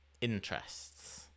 interests